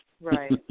Right